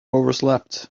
overslept